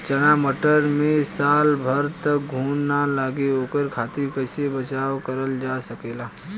चना मटर मे साल भर तक घून ना लगे ओकरे खातीर कइसे बचाव करल जा सकेला?